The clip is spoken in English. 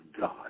God